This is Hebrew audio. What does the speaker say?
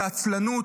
את העצלנות,